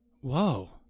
Whoa